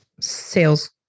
sales